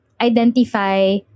identify